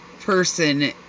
person